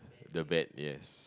the bad yes